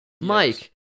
Mike